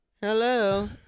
hello